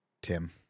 Tim